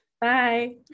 Bye